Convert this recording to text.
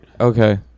Okay